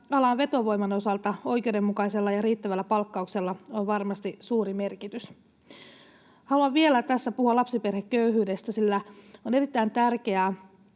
alan vetovoiman osalta oikeudenmukaisella ja riittävällä palkkauksella on varmasti suuri merkitys. Haluan vielä tässä puhua lapsiperheköyhyydestä, sillä on erittäin tärkeää,